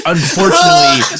Unfortunately